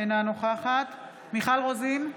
אינה נוכחת מיכל רוזין,